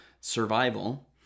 survival